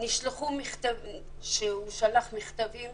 שלח מכתבים